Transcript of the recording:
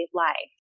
life